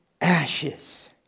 Ashes